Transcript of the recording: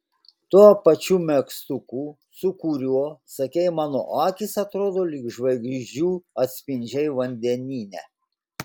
tuo pačiu megztuku su kuriuo sakei mano akys atrodo lyg žvaigždžių atspindžiai vandenyne